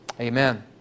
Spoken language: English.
Amen